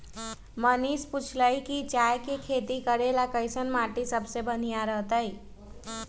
मनीष पूछलकई कि चाय के खेती करे ला कईसन माटी सबसे बनिहा रहतई